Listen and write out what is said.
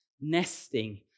nesting